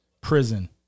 prison